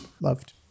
loved